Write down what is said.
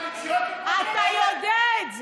אתה יודע את זה.